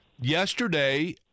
yesterday